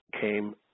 came